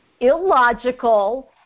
illogical